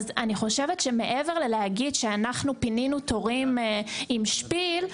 אני חושבת שמעבר לכך שאתם אומרים שאנחנו פינינו תורים עם שפיל,